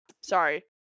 sorry